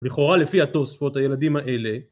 לכאורה לפי התוספות הילדים האלה